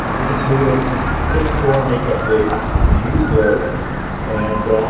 which included six store makeup days. we use those and